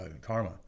karma